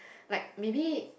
like maybe